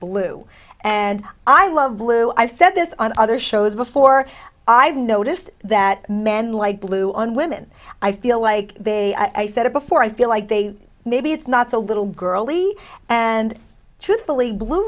blue and i love blue i said this on other shows before i've noticed that men like blue on women i feel like i said it before i feel like they maybe it's not a little girly and truthfully blue